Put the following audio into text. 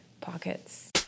pockets